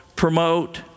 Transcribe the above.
Promote